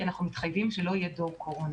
שאנחנו מתחייבים שלא יהיה דור קורונה.